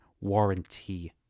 warranty